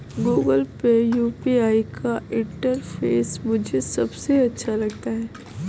Google Pay UPI का interface मुझे सबसे अच्छा लगता है